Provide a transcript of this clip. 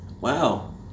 Wow